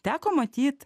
teko matyt